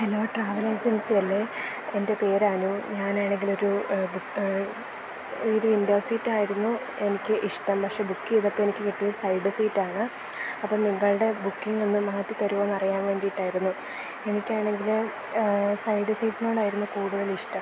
hello travel agency അല്ലേ എൻ്റെ പേര് അനു ഞാനാണെങ്കിലൊരു ബുക്ക് ഒരു വിൻഡോ സീറ്റ് ആയിരുന്നു എനിക്ക് ഇഷ്ടം പക്ഷെ ബുക്ക് ചെയ്തപ്പോൾ എനിക്ക് കിട്ടിയത് സൈഡ് സീറ്റാണ് അപ്പം നിങ്ങളുടെ ബുക്കിംഗ് ഒന്ന് മാറ്റി തരുമോ എന്നറിയാൻ വേണ്ടിയിട്ടായിരുന്നു എനിക്കാണെങ്കിൽ സൈഡ് സീറ്റിനോടായിരുന്നു കൂടുതലിഷ്ടം